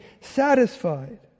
satisfied